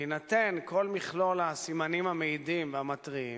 בהינתן כל מכלול הסמנים המעידים המתריעים,